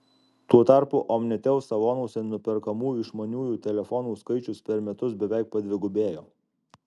tuo tarpu omnitel salonuose nuperkamų išmaniųjų telefonų skaičius per metus beveik padvigubėjo